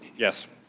yes.